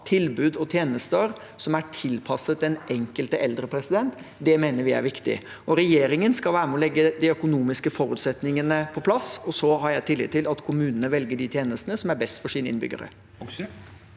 tilbud og tjenester som er tilpasset den enkelte eldre, mener vi er viktig. Regjeringen skal være med og legge de økonomiske forutsetningene på plass, og så har jeg tillit til at kommunene velger de tjenestene som er best for sine innbyggere.